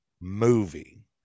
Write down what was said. movie